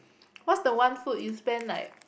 what is the one food you spend like